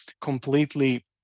completely